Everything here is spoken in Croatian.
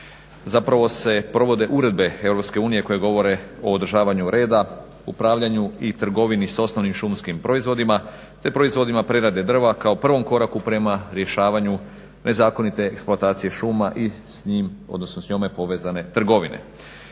zakonom se provode uredbe EU koje govore o održavanju reda i upravljanju i trgovanju osnovnim šumskim proizvodima, te proizvodima prerade drva kao prvom koraku prema rješavanju nezakonite eksploatacije šuma i s njom povezane trgovine.